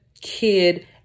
kid